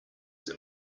that